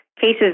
cases